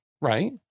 right